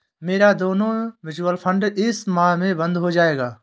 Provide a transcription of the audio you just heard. मेरा दोनों mutual fund इस माह में बंद हो जायेगा